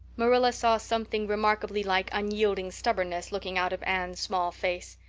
marilla saw something remarkably like unyielding stubbornness looking out of anne's small face.